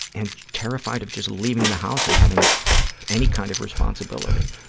and terrified of just leaving the house and having any kind of responsibility.